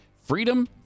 Freedom